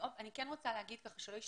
אני כן רוצה להגיד שלא ישתמע,